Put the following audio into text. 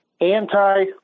anti